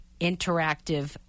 Interactive